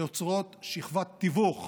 היוצרות שכבת תיווך